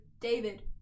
David